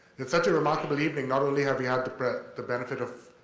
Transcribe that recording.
it's such a remarkable evening. not only have we had the but the benefit of,